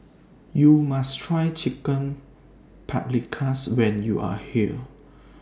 YOU must Try Chicken Paprikas when YOU Are here